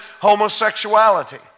homosexuality